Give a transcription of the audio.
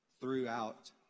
throughout